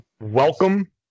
welcome